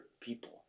people